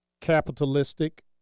capitalistic